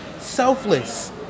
selfless